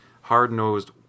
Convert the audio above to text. hard-nosed